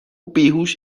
بیهوش